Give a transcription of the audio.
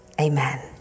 Amen